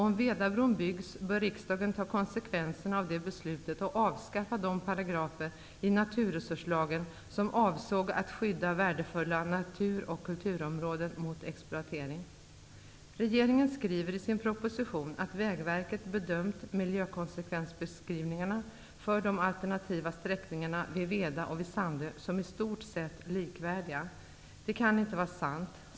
Om Vedabron byggs bör riksdagen ta konsekvenserna av det beslutet och avskaffa de paragrafer i naturresurslagen som avsåg att skydda värdefulla natur och kulturområden mot exploatering. Regeringen skriver i sin proposition att Vägverket bedömt miljökonsekvensbeskrivningarna för de alternativa sträckningarna vid Veda och vid Sandö som i stort sett likvärdiga. Det kan inte vara sant.